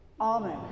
Amen